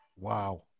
Wow